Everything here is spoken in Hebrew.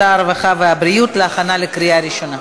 תגמולים מוגדלים לעצמאי בשירות מילואים),